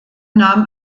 nahm